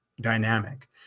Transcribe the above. dynamic